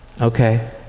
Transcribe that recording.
okay